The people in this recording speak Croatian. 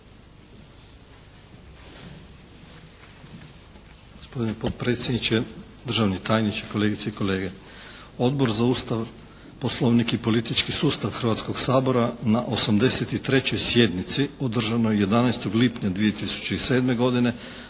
Gospodine potpredsjedniče, državni tajniče, kolegice i kolege. Odbor za Ustav, Poslovnik i politički sustav Hrvatskog sabora na 83. sjednici održanoj 11. lipnja 2007. godine